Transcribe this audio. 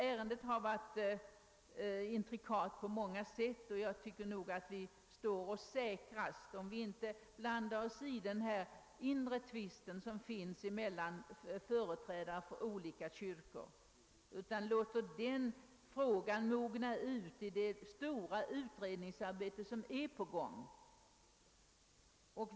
Ärendet har varit intrikat på många sätt, och jag tycker att vi står säkrast om vi inte blandar oss i den inre tvisten mellan företrädare för olika kyrkor utan låter den frågan mogna i det stora utredningsarbete som pågår.